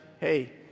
hey